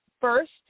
First